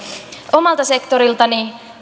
omalta sektoriltani